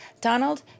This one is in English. Donald